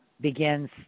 begins